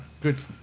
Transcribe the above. Good